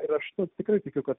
ir aš tikrai tikiu kad